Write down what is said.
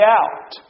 out